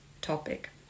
topic